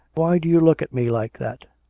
why do you look at me like that?